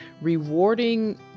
rewarding